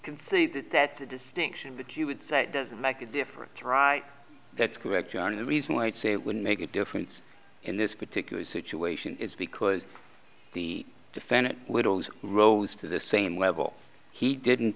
concede that that the distinction but you would say doesn't like a difference right that's correct john the reason why i'd say it would make a difference in this particular situation is because the defendant widows rose to the same level he didn't